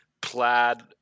plaid